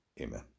Amen